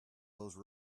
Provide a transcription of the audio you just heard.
those